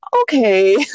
okay